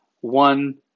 one